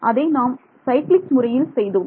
அதை நாம் சைக்ளிக் முறையில் செய்தோம்